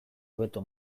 hobeto